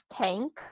tank